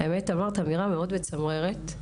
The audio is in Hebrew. אמרת אמירה מצמררת מאוד